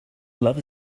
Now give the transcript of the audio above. love